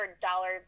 dollar